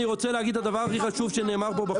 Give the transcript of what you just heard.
אני רוצה להגיד את הדבר הכי חשוב שנאמר פה בחדר.